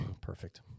Perfect